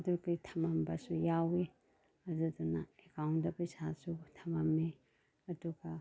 ꯑꯗꯨꯒꯤ ꯊꯃꯝꯕꯁꯨ ꯌꯥꯎꯏ ꯑꯗꯨꯗꯨꯅ ꯑꯦꯀꯥꯎꯟꯗ ꯄꯩꯁꯥꯁꯨ ꯊꯃꯝꯃꯤ ꯑꯗꯨꯒ